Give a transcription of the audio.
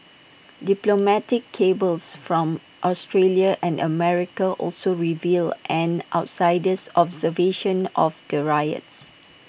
diplomatic cables from Australia and America also revealed an outsider's observation of the riots